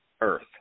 earth